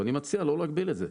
ואני מציע לא להגביל את זה.